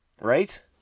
right